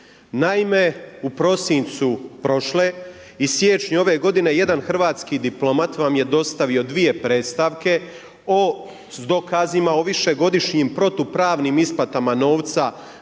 Naime, u prosincu prošle i siječnju ove godine jedan hrvatski diplomat vam je dostavio dvije predstavke o dokazima o višegodišnjim protupravnim isplatama novca